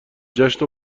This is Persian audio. جشن